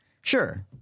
Sure